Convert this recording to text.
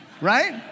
Right